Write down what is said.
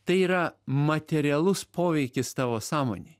tai yra materialus poveikis tavo sąmonei